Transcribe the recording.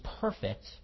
perfect